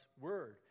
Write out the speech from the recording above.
word